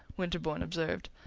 winterbourne observed.